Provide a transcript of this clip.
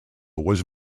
was